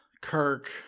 Kirk